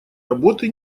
работы